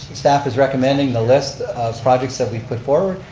staff is recommending the list of projects that we put forward,